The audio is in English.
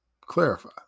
clarify